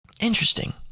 Interesting